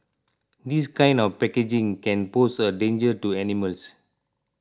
this kind of packaging can pose a danger to animals